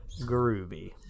groovy